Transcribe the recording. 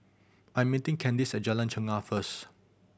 I'm meeting Candis at Jalan Chegar first